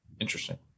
Interesting